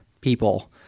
people